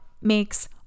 makes